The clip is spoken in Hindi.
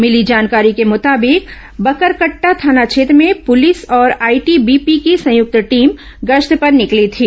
मिली जानकारी के मुताबिक बकरकट्टा थाना क्षेत्र में पुलिस और आईटीबीपी की संयुक्त टीम गश्त पर निकली थी